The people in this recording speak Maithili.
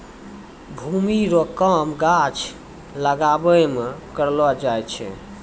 भूमि रो काम गाछ लागाबै मे करलो जाय छै